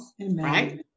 right